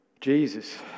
Jesus